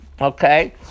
Okay